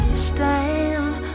stand